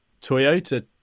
Toyota